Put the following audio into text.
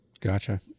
Gotcha